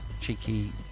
cheeky